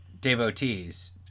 devotees